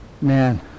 man